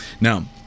now